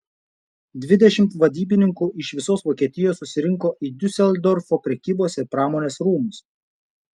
dvidešimt vadybininkų iš visos vokietijos susirinko į diuseldorfo prekybos ir pramonės rūmus